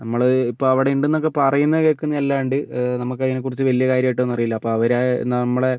നമ്മൾ ഇപ്പം അവിടെ ഉണ്ടെന്ന് ഒക്കെ പറയുന്നതു കേൾക്കുന്ന അല്ലാണ്ട് നമുക്ക് അതിനെ കുറിച്ച് വലിയ കാര്യമായിട്ടൊന്നും അറിയില്ല അപ്പം അവർ നമ്മളെ